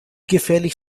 gefährlich